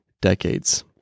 decades